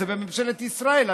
וזה בממשלת ישראל.